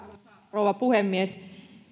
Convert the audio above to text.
rouva puhemies